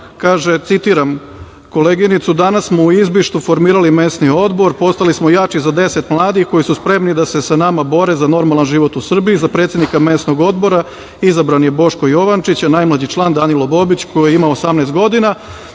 ima, citiram: "Danas smo u Izbištu formirali mesni odbor, postali smo jači za 10 mladih koji su spremni da se sa nama bore za normalan život u Srbiji. Za predsednika mesnog odbora izabran je Boško Jovančić a najmlađi član Danilo Bobić, koji ima 18 godina".